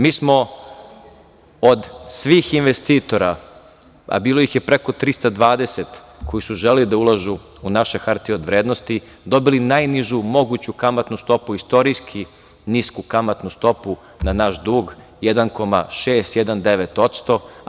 Mi smo od svih investitora, a bilo ih je preko 320 koji su želeli da ulažu u naše hartije od vrednosti, dobili najnižu moguću kamatnu stopu, istorijski nisku kamatnu stopu na naš dug, 1,6%